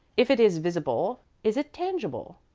if it is visible, is it tangible?